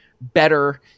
better